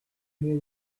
more